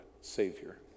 Savior